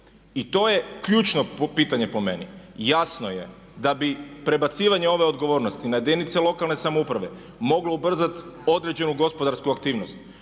i to je ključno pitanje po mene. I jasno je da bi prebacivanje ove odgovornosti na jedinice lokalne samouprave moglo ubrzati određenu gospodarsku aktivnost